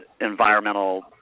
environmental